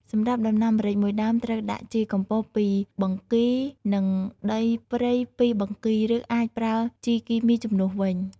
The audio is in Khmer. សម្រាប់ដំណាំម្រេចមួយដើមត្រូវដាក់ជីកំប៉ុស្តពីរបង្គី និងដីព្រៃពីរបង្គី ឬអាចប្រើជីគីមីជំនួសវិញ។